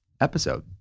episode